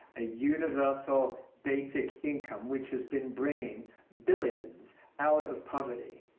a universal basic income which has been bringing billions out of poverty,